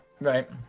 Right